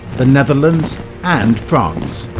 the netherlands and france